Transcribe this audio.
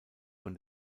von